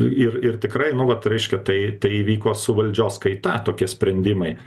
ir ir tikrai nu vat reiškia tai tai įvyko su valdžios kaita tokie sprendimai